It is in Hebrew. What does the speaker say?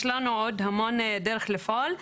יש לנו עוד המון דרך לפעול.